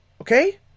Okay